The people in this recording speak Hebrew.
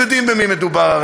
אנחנו יודעים במי מדובר,